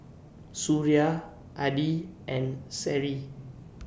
Suria Adi and Seri